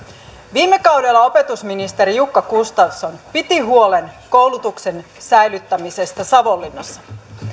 viime kaudella opetusministeri jukka gustafsson piti huolen koulutuksen säilyttämisestä savonlinnassa